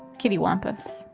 kitty wampus.